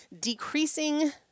decreasing